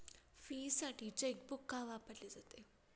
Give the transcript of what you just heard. फीसाठी चेकबुक का वापरले जाते?